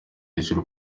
hejuru